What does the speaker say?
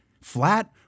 flat